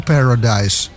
Paradise